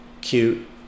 cute